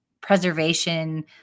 preservation